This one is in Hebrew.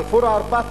אל-פורעה,